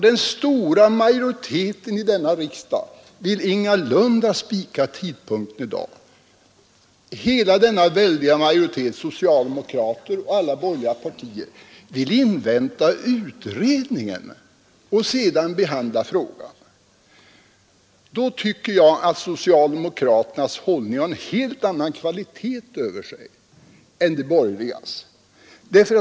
Den stora majoriteten i denna riksdag vill ingalunda spika tidpunkten i dag. Hela denna väldiga majoritet, socialdemokrater och alla borgerliga partier, vill invänta utredningen och sedan behandla frågan. Då tycker jag att socialdemokraternas hållning har en helt annan kvalitet än de borgerligas.